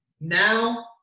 Now